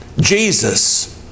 Jesus